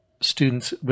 students